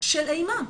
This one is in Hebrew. של אימה,